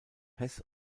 hess